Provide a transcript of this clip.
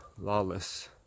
lawless